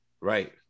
Right